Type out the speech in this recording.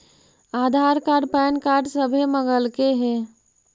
आधार card PAN card सभे मगलके हे?